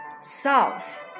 south